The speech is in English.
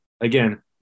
Again